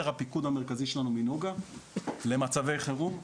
הפיקוד המרכזי שלנו בנגה למצבי חירום.